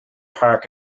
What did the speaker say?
park